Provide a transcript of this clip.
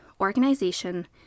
organization